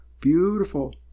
beautiful